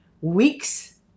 weeks